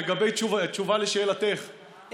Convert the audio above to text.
לגבי תשובה לשאלתך,